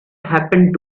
happened